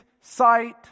sight